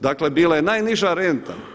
Dakle, bila je najniža renta.